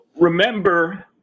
remember